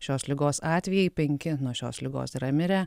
šios ligos atvejai penki nuo šios ligos yra mirę